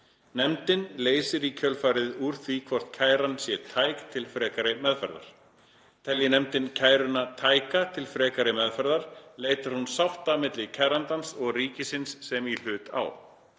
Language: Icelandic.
Nefndin leysir í kjölfarið úr því hvort kæran sé tæk til frekari meðferðar. Telji nefndin kæruna tæka til frekari meðferðar leitar hún sátta milli kærandans og ríkisins sem í hlut á.